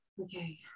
Okay